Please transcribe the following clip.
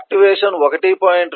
activation 1